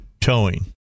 Towing